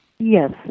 Yes